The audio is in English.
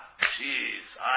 Jeez